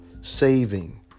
saving